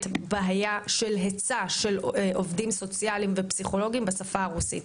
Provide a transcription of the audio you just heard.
בעיה של היצע של עובדים סוציאליים ופסיכולוגים בשפה הרוסית.